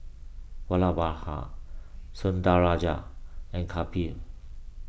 Vallabhbhai Sundaraiah and Kapil